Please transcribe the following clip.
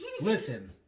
listen